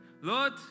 Lord